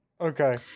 Okay